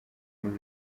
muri